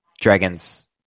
Dragons